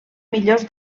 millors